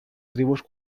tribus